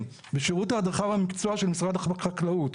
בשירות ההדרכה והמקצוע של משרד החקלאות,